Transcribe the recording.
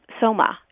soma